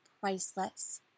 priceless